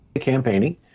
campaigning